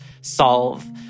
solve